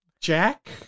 Jack